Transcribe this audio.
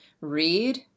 read